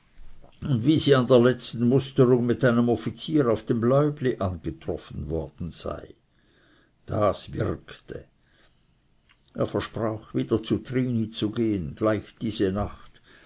wie sie an der letzten musterung mit einem offizier auf dem läubli angetroffen worden sei das wirkte er versprach wieder zu trini zu gehen gleich diese nacht